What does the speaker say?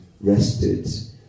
rested